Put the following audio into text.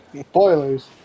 Spoilers